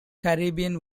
caribbean